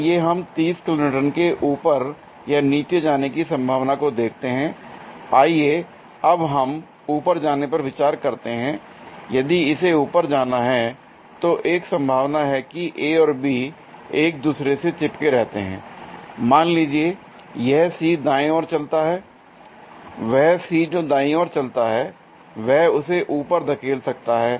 आइए हम 30 kilonewton के ऊपर या नीचे जाने की संभावना को देखते हैं l आइए अब हम ऊपर जाने पर विचार करते हैं l यदि इसे ऊपर जाना है तो एक संभावना है कि A और B एक दूसरे से चिपके रहते हैं मान लीजिए और यह C दाएं ओर चलता है l वह C जो दाईं ओर चलता है वह उसे ऊपर धकेल सकता है